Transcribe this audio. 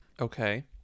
Okay